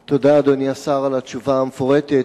תודה, אדוני השר, על התשובה המפורטת.